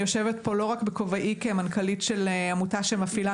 אני יושבת פה לא רק בכובעי כמנכ"לית של עמותה שמפעילה